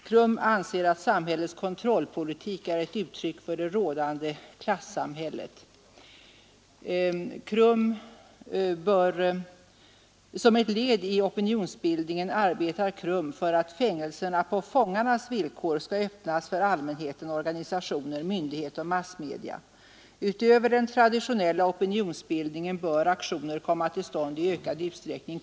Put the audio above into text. ”KRUM anser att samhällets kontrollpolitik är ett uttryck för det rådande klassamhället.” ”Som ett led i opinionsbildningen arbetar KRUM för att fängelserna på fångarnas villkor ska öppnas för allmänheten, organisationer, myndigheter och massmedia. Utöver den traditionella opinionsbildningen bör aktioner komma till stånd i ökad utsträckning.